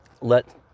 let